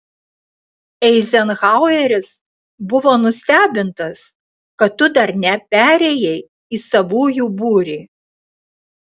eizenhaueris buvo nustebintas kad tu dar neperėjai į savųjų būrį